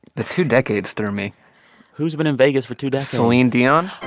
the two decades threw me who's been in vegas for two decades? celine dion?